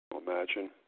Imagine